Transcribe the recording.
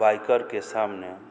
बाइकरके सामने